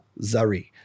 Zari